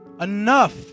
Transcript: Enough